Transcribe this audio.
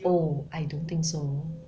oh I don't think so